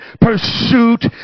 pursuit